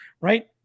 right